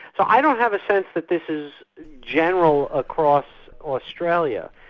so i don't have a sense that this is general across australia.